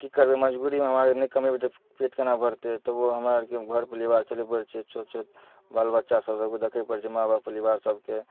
की करबै मजबूरी हमरा आर नहि कमेबै तऽ पेट केना भरतै तब हमरा आरके घर परिवार चलबे परै छै छोट छोट बाल बच्चा सब सबके देखै परै छै माँ बाप परिवार सबके